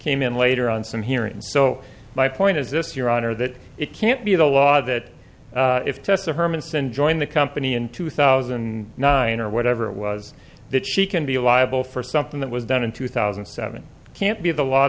came in later on some here and so my point is this your honor that it can't be the law that if that's a hermansen join the company in two thousand and nine or whatever it was that she can be liable for something that was done in two thousand and seven can't be the law